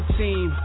team